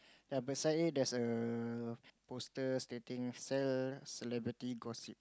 ya beside it there's a poster stating sell celebrity gossip